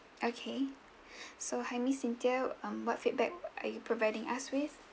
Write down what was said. okay so hi miss cynthia um what feedback are you providing us with